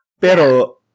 Pero